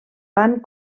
van